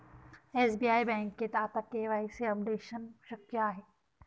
SBI बँकेत आता KYC updation शक्य आहे